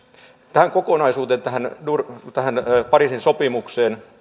tähän kokonaisuuteen tähän pariisin sopimukseen